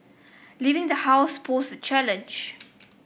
leaving the house posed a challenge